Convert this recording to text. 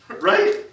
Right